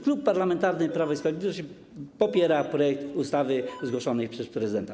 Klub Parlamentarny Prawo i Sprawiedliwość popiera projekt ustawy zgłoszony przez prezydenta.